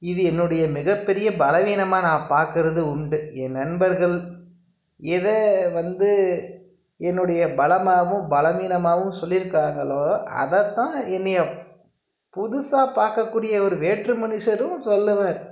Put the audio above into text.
இது என்னுடைய மிகப்பெரிய பலவீனமாக நான் பார்க்குறது உண்டு என் நண்பர்கள் எதை வந்து என்னுடைய பலமாகவும் பலவீனமாகவும் சொல்லியிருக்காங்களோ அதை தான் என்னைய புதுசாக பார்க்கக்கூடிய ஒரு வேற்று மனுஷரும் சொல்லுவார்